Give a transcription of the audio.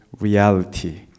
reality